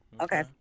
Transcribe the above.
Okay